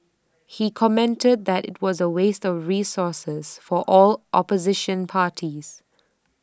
he commented that IT was A waste resources for all opposition parties